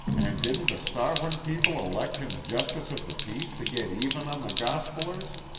and didn't the sovereign people elect him justice of the peace to get even on the gospelers?